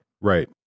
right